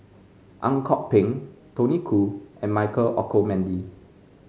Ang Kok Peng Tony Khoo and Michael Olcomendy